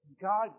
God